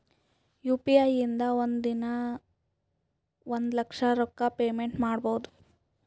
U P I ಇಂದ ಒಂದ್ ದಿನಾ ಒಂದ ಲಕ್ಷ ರೊಕ್ಕಾ ಪೇಮೆಂಟ್ ಮಾಡ್ಬೋದ್